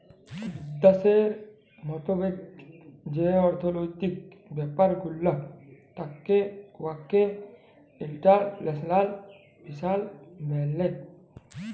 বিদ্যাশের মতাবেক যে অথ্থলৈতিক ব্যাপার গুলা থ্যাকে উয়াকে ইল্টারল্যাশলাল ফিল্যাল্স ব্যলে